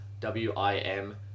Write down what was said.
W-I-M